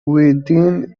within